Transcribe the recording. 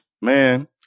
Man